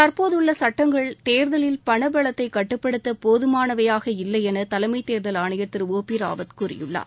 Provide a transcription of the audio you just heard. தற்போதுள்ள சுட்டங்கள் தேர்தலில் பணபலத்தை கட்டுப்படுத்த போதுமானவையாக இல்லை என தலைமை தேர்தல் ஆணையர் திரு ஓ பி ராவத் கூறியுள்ளார்